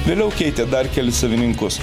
vėliau keitė dar kelis savininkus